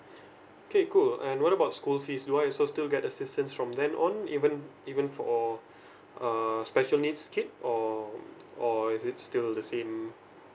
okay cool and what about school fees do I also still get assistance from then on even even for a special needs kid or or is it still the same